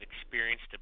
experienced